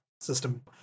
system